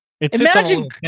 Imagine